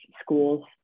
schools